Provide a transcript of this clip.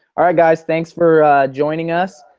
alright guys, thanks for joining us.